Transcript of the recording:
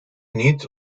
niet